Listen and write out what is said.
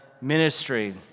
ministry